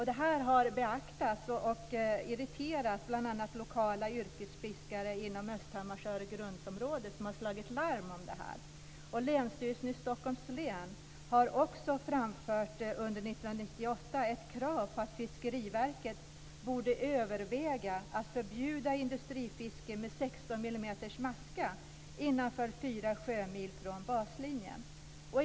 Det här har irriterat bl.a. lokala yrkesfiskare inom Östhammars och Öregrundsområdet, och de har slagit larm om det. Vidare har Länsstyrelsen i Stockholms län under 1998 framfört ett krav att Fiskeriverket borde överväga att förbjuda industrifiske med 16 millimeters maska i området innanför 4 sjömil från baslinjen.